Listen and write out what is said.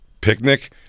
picnic